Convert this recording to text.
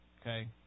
okay